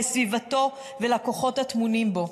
לסביבתו ולכוחות הטמונים בו.